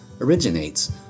originates